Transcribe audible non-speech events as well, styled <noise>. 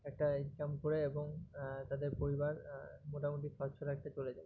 একটা ইনকাম করে এবং তাদের পরিবার মোটামুটি <unintelligible> একটা চলে যায়